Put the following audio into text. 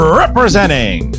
representing